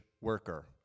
worker